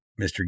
Mr